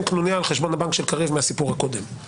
קנוניה על חשבון הבנק של קרב מהסיפור הקודם.